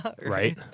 Right